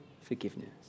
forgiveness